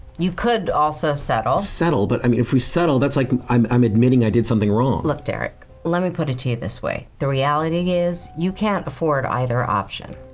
you could also settle. settle? but i mean, if we settle that's like i'm i'm admitting i did something wrong. look derek, let me put it to you this way. the reality is, you can't afford either option.